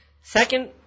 Second